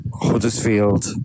Huddersfield